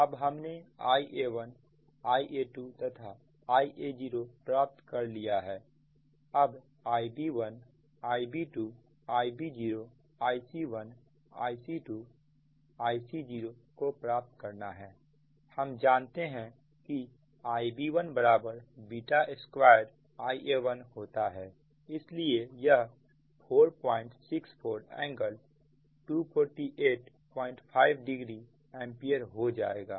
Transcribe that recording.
अब हमने Ia1Ia2 तथा Iao प्राप्त कर लिया है अब Ib1Ib2 Ib0Ic1 Ic2 Ic0को प्राप्त करना है हम जानते हैं कि Ib12Ia1होता है इसलिए यह 464∟2485o एंपियर हो जाएगा